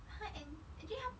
他 N actually 他